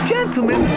Gentlemen